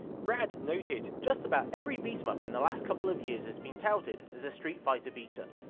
rad noted just about every beat'em up in the last couple of years has been touted as a streetfighter beater,